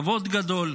כבוד גדול.